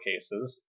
cases